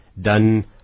done